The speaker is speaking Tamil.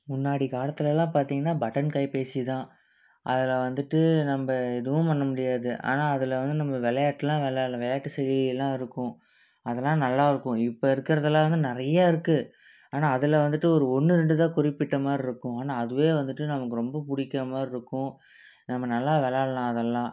முன்னாடி காலத்துலலாம் பார்த்திங்கனா பட்டன் கைபேசி தான் அதில் வந்துட்டு நம்ம எதுவும் பண்ண முடியாது ஆனால் அதில் வந்து நம்ம விளையாட்லாம் விளையாடுலாம் விளையாட்டு செயலி எல்லாம் இருக்கும் அதெலாம் நல்லாருக்கும் இப்போ இருக்கிறதெல்லாம் வந்து நிறையா இருக்குது ஆனால் அதில் வந்துட்டு ஒரு ஒன்று ரெண்டு தான் குறிப்பிட்டமாதிரி இருக்கும் ஆனால் அதுவே வந்துட்டு நமக்கு ரொம்ப பிடிக்கிறமாரி இருக்கும் நம்ம நல்லா விளாட்லாம் அதெல்லாம்